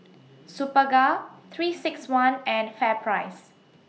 Superga three six one and Fair Price